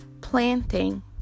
planting